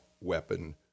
weapon